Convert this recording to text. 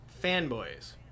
Fanboys